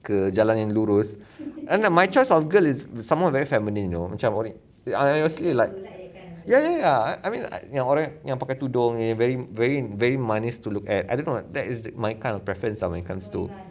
ke jalan yang lurus and then my choice of girl is somewhat very feminine you know macam honestly like ya ya ya I mean yang orang yang pakai tudung yang very very very manis to look at I don't know ah that is my kind of preference ah when it comes to